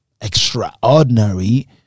Extraordinary